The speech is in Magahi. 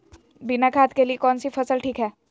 बिना खाद के लिए कौन सी फसल ठीक है?